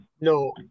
No